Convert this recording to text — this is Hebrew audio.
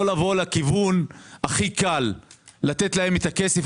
לא לבוא לכיוון הכי קל והוא לתת להם את הכסף